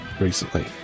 recently